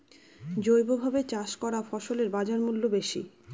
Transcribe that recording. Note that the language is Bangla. জৈবভাবে চাষ করা ফসলের বাজারমূল্য বেশি